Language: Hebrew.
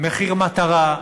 מחיר מטרה,